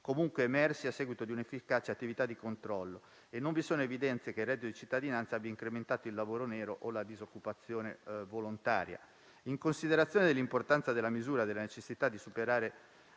comunque emersi a seguito di un'efficace attività di controllo, e non vi sono evidenze che il reddito di cittadinanza abbia incrementato il lavoro nero o la disoccupazione volontaria. In considerazione dell'importanza della misura e della necessità di superare